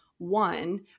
one